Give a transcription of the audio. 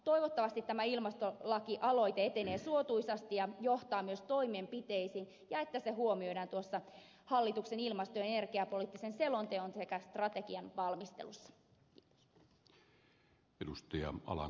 toivottavasti tämä ilmastolakialoite etenee suotuisasti ja johtaa myös toimenpiteisiin sekä huomioidaan hallituksen ilmasto ja energiapoliittisen selonteon sekä strategian valmistelussa